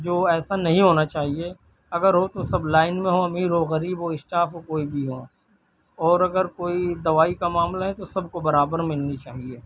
جو ایسا نہیں ہونا چاہیے اگر ہو تو سب لائن میں ہوں امیر ہو غریب ہو اسٹاف ہو کوئی بھی ہو اور اگر کوئی دوائی کا معاملہ ہے تو سب کو برابر ملنی چاہیے